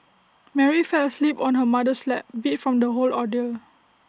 Mary fell asleep on her mother's lap beat from the whole ordeal